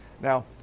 now